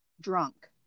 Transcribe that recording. drunk